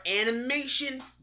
animation